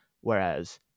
Whereas